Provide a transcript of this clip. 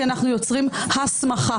כי אנחנו יוצרים הסמכה.